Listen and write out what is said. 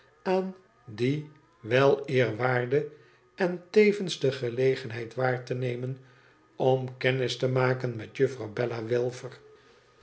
aan dien weleerwaarde en tevens de gelegenheid waar te nemen om kennis te maken met juffrouw bella wilfer